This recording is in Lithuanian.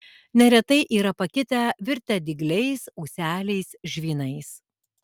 neretai yra pakitę virtę dygliais ūseliais žvynais